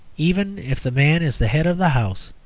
even if the man is the head of the house,